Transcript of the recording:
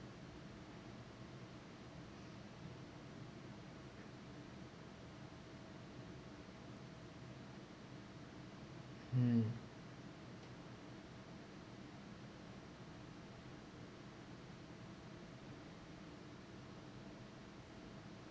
mm